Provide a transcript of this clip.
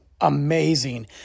amazing